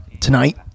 tonight